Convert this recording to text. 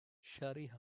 shariah